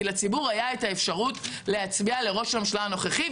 כי לציבור הייתה את האפשרות להצביע לראש הממשלה הנוכחי,